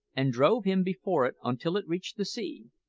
and drove him before it until it reached the sea.